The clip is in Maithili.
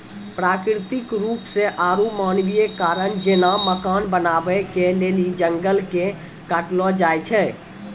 प्राकृतिक रुपो से आरु मानवीय कारण जेना मकान बनाबै के लेली जंगलो के काटलो जाय छै